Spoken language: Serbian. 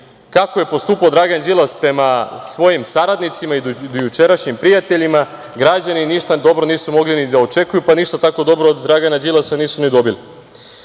kako je postupao Dragan Đilas prema svojim saradnicima i dojučerašnjim prijateljima. Građani ništa dobro nisu mogli ni da očekuju, pa ništa tako dobro od Dragana Đilasa nisu ni dobili“.Onda